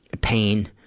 pain